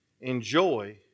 enjoy